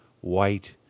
white